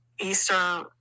Easter